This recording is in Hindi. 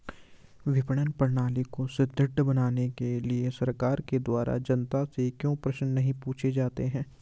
विपणन प्रणाली को सुदृढ़ बनाने के लिए सरकार के द्वारा जनता से क्यों प्रश्न नहीं पूछे जाते हैं?